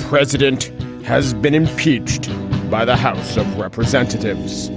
president has been impeached by the house of representatives